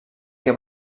que